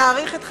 ונאריך את חייו.